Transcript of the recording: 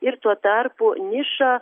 ir tuo tarpu niša